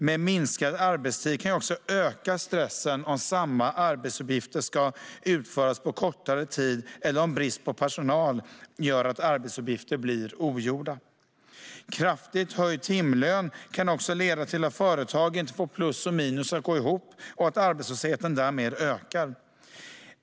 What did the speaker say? Men minskad arbetstid kan också öka stressen om samma arbetsuppgifter ska utföras på kortare tid eller om brist på personal gör att arbetsuppgifter blir ogjorda. Kraftigt höjd timlön kan också leda till att företag inte får plus och minus att gå ihop och att arbetslösheten därmed ökar.